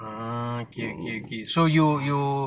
ah okay okay okay so you you